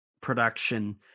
production